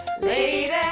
Lady